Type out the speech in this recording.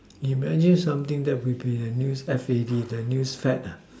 imagine something that would be in the new F_A_D the news fad